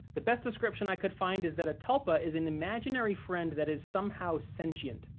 the best description i could find is that a tulpa is an imaginary friend that is somehow sentient.